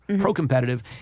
pro-competitive